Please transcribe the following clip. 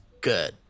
good